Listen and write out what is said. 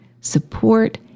support